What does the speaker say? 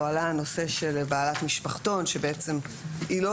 פה עלה הנושא של בעלת משפחתון שבעצם היא לא